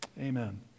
Amen